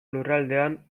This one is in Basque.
lurraldean